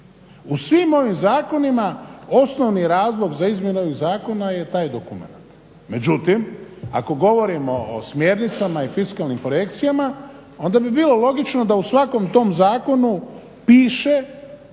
U svim ovim zakonima osnovni razlog za izmjenu ovih zakona je taj dokumenat. Međutim, ako govorimo o smjernicama i fiskalnim projekcijama, onda bi bilo logično da u svakom tom zakonu piše